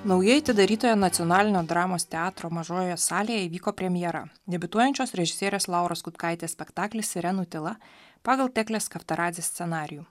naujai atidarytoje nacionalinio dramos teatro mažojoje salėje įvyko premjera debiutuojančios režisierės lauros kutkaitės spektaklis sirenų tyla pagal teklės kaftaradzės scenarijų